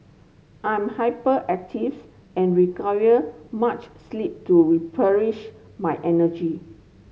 I am hyperactives and require much sleep to replenish my energy